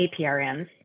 APRNs